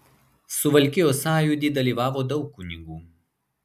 suvalkijos sąjūdy dalyvavo daug kunigų